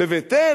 בבית-אל?